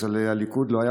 ספסלי הליכוד.